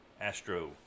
Astro